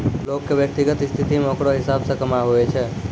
लोग के व्यक्तिगत स्थिति मे ओकरा हिसाब से कमाय हुवै छै